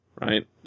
right